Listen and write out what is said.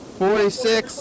forty-six